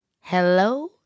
Hello